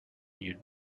you